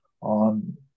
on